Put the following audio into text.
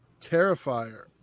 Terrifier